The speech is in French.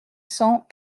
cents